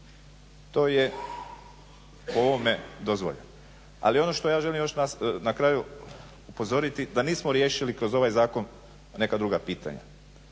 To je po ovome dozvoljeno. Ali ono što ja želim još na kraju upozoriti da nismo riješili kroz ovaj zakona neka druga pitanja.